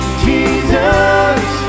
jesus